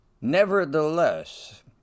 Nevertheless